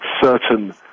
certain